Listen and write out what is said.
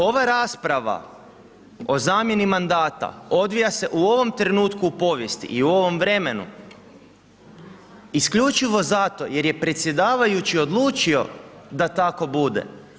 Ova rasprava, o zamjeni mandata, odvija se u ovom trenutku u povijesti i u ovom vremenu, isključivo zato, jer je predsjedavajući odlučio da tako bude.